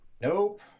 Nope